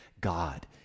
God